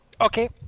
Okay